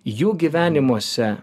jų gyvenimuose